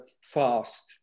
fast